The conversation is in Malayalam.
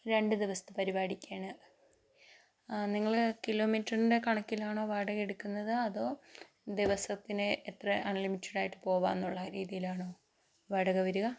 രണ്ട് ദിവസത്തെ പരിപാടിക്കാണ് നിങ്ങൾ കിലോ മീറ്ററിൻ്റെ കണക്കിലാണോ വാടക എടുക്കുന്നത് അതോ ദിവസത്തിന് ഇത്ര അൺലിമിറ്റഡ് ആയിട്ട് പോകാം എന്നുള്ള രീതിലാണോ വാടക വരിക